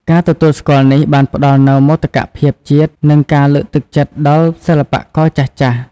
ការទទួលស្គាល់នេះបានផ្តល់នូវ មោទកភាពជាតិ និងការលើកទឹកចិត្តដល់សិល្បករចាស់ៗ។